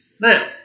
Now